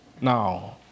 now